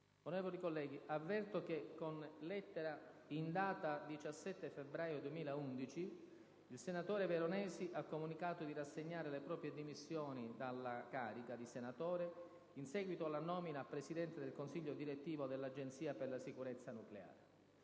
Onorevoli colleghi, avverto che, con lettera in data 17 febbraio 2011, il senatore Umberto Veronesi ha comunicato di rassegnare le proprie dimissioni dalla carica di senatore in seguito alla nomina a presidente del Consiglio direttivo dell'Agenzia per la sicurezza nucleare.